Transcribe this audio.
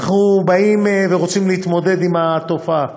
אנחנו רוצים להתמודד עם התופעה.